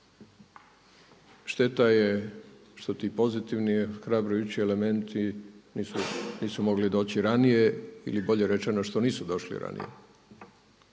Šteta je što ti pozitivni ohrabrujući elementi nisu mogli doći ranije ili bolje rečeno što nisu došli ranije.